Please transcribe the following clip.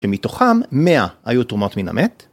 ‫שמתוכם 100 היו תרומות מן המת.